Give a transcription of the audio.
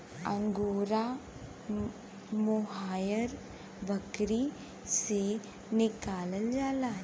angora mohair बकरी से निकालल जाला